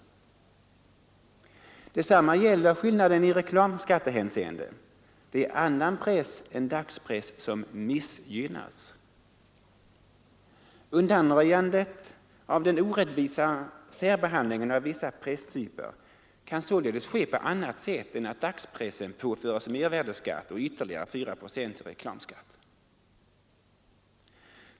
Detsamma gäller skillnaden i reklamskattehänseende — det är annan press än dagspress som missgynnas. Undanröjandet av den orättvisa särbehandlingen av vissa presstyper kan således ske på annat sätt än att dagspressen påföres mervärdeskatt och ytterligare 4 procent i reklamskatt!